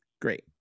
Great